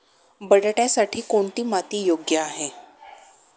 बटाट्यासाठी कोणती माती योग्य आहे?